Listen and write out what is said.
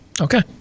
Okay